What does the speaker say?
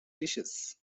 dishes